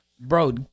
Bro